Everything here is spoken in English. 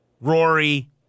Rory